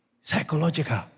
psychological